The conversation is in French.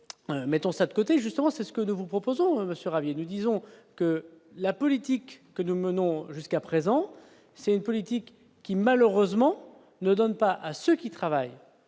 mettons ça de côté, justement, c'est ce que nous vous proposons ce Rallye, nous disons que la politique que nous menons, jusqu'à présent, c'est une politique qui malheureusement ne donne pas à ceux qui travaillent